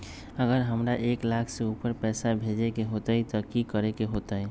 अगर हमरा एक लाख से ऊपर पैसा भेजे के होतई त की करेके होतय?